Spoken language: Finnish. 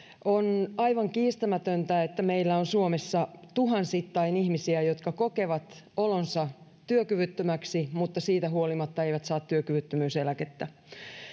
on aivan kiistämätöntä että meillä on suomessa tuhansittain ihmisiä jotka kokevat olonsa työkyvyttömäksi mutta siitä huolimatta eivät saa työkyvyttömyyseläkettä